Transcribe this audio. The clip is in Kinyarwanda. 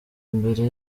imbere